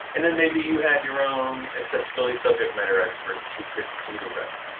and then maybe you had your own accessibility subject matter experts who could do the rest.